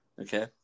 okay